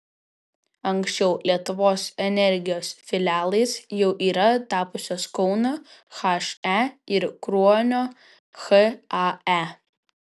anksčiau lietuvos energijos filialais jau yra tapusios kauno he ir kruonio hae